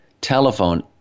telephone